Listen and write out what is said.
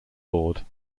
board